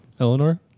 Eleanor